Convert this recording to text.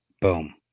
Boom